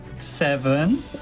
Seven